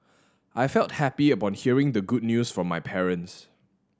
I felt happy upon hearing the good news from my parents